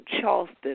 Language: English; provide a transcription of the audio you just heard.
Charleston